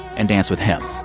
and dance with him